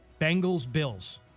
Bengals-Bills